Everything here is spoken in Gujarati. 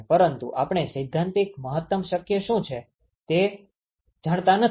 પરંતુ આપણે સૈદ્ધાંતિક મહત્તમ શક્ય શુ છે તે જાણતા નથી